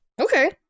Okay